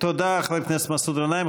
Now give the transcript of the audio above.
תודה, חבר הכנסת מסעוד גנאים.